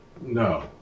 No